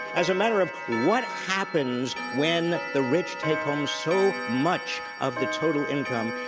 as a matter of what happens when the rich take home so much of the total income,